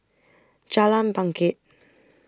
Jalan Bangket